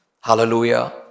Hallelujah